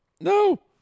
No